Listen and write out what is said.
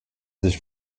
sich